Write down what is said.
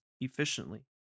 efficiently